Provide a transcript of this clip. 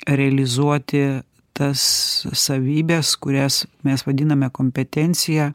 realizuoti tas savybes kurias mes vadiname kompetencija